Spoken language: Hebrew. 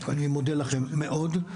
אני מודה לכם מאוד.